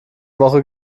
woche